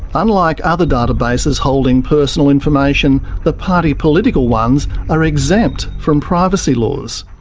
unlike other databases holding personal information, the party political ones are exempt from privacy laws.